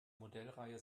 modellreihe